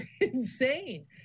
insane